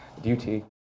duty